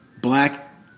black